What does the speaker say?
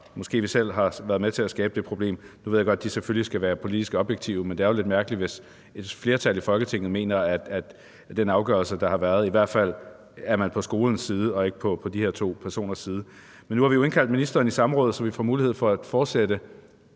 måske vi selv har været med til at skabe det problem. Nu ved jeg selvfølgelig godt, at de skal være politisk objektive, men det er jo mærkeligt, hvis flertallet i Folketinget i forbindelse med den afgørelse, der er blevet truffet, er på skolens side og ikke på de her to personers side. Men nu har vi jo indkaldt ministeren i samråd, så vi får mulighed for at fortsætte